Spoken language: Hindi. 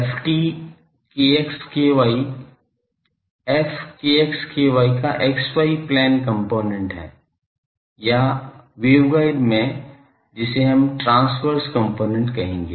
ft f का x y प्लेन कंपोनेंट हैं या वेवगाइड में जिसे हम ट्रांसवर्स कंपोनेंट कहेंगे